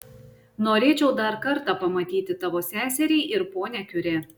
norėčiau dar kartą pamatyti tavo seserį ir ponią kiuri